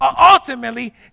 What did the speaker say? Ultimately